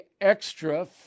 extra